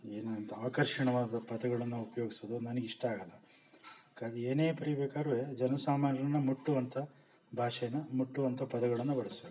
ಏನಂಥ ಆಕರ್ಷಣವಾದ ಪದಗಳನ್ನು ಉಪಯೋಗ್ಸೋದು ನನಗ್ ಇಷ್ಟ ಆಗಲ್ಲ ಅದಕ್ಕಾಗಿ ಏನೇ ಬರಿಬೇಕಾರ್ವೆ ಜನ ಸಾಮಾನ್ಯನನ್ನ ಮುಟ್ಟುವಂಥ ಭಾಷೆನ ಮುಟ್ಟುವಂಥ ಪದಗಳನ್ನು ಬಳಸಬೇಕು